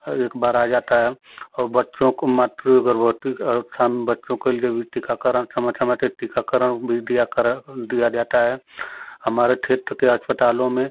एक बार आ जाता है और बच्चों को मात्र गर्भवती स्थान बच्चों के लिए भी टीकाकरण छमय छमय से टीकाकरण भी दियाकरण दिया जाता है हमारे क्षेत्र के अस्पतालों में